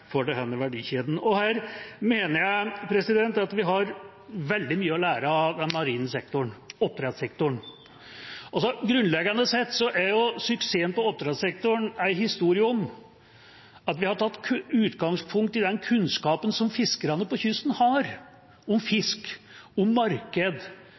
for denne verdikjeden. Her mener jeg at vi har veldig mye å lære av den marine sektoren, oppdrettssektoren. Grunnleggende sett er suksessen på oppdrettssektoren en historie om at vi har tatt utgangspunkt i den kunnskapen som fiskerne langs kysten har om fisk, om marked